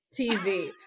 TV